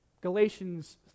Galatians